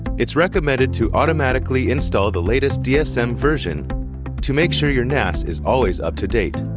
it's recommended to automatically install the latest dsm version to make sure your nas is always up-to-date.